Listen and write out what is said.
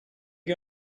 you